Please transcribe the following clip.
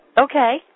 Okay